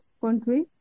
country